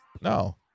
no